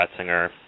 Ratzinger